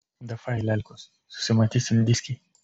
dafai lelkos susimatysim dyskėj